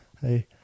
Hey